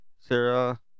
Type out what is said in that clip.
Sarah